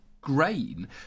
grain